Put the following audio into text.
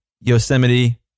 Yosemite